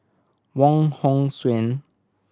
Wong Hong Suen